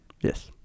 Yes